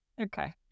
Okay